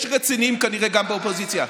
יש רציניים כנראה גם באופוזיציה.